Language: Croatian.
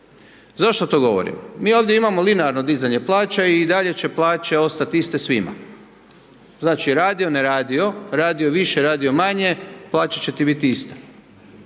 Zašto to govorim? Mi ovdje imamo linearno dizanje plaća i dalje će plaće ostati iste svima. Znači, radio, ne radio, radio više, radio manje, plaće će ti biti iste.